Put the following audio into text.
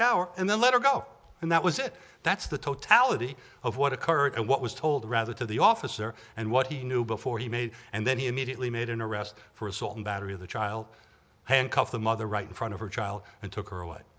shower and then let her go and that was it that's the totality of what occurred and what was told rather to the officer and what he knew before he made and then he immediately made an arrest for assault and battery of the child handcuff the mother right in front of her child and took her away